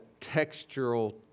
textural